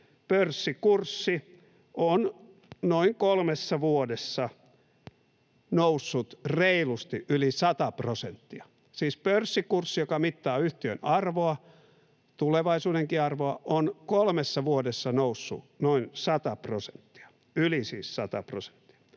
pörssikurssi on noin kolmessa vuodessa noussut reilusti yli 100 prosenttia — siis pörssikurssi, joka mittaa yhtiön arvoa, tulevaisuudenkin arvoa, on kolmessa vuodessa noussut yli 100